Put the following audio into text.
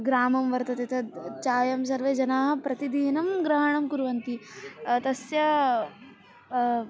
ग्रामं वर्तते तद् चायं सर्वे जनाः प्रतिदिनं ग्रहणं कुर्वन्ति तस्य